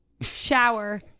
Shower